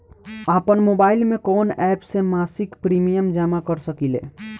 आपनमोबाइल में कवन एप से मासिक प्रिमियम जमा कर सकिले?